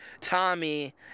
Tommy